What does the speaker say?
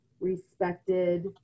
respected